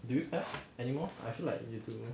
do you have anymore I feel like you do